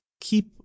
keep